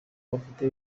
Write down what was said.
bafite